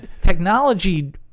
technology